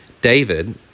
David